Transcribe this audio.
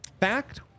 Fact